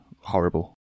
horrible